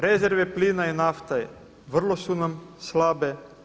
Rezerve plina i nafte vrlo su nam slabe.